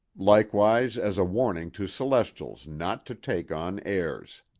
likewise as a warning to celestials not to take on airs.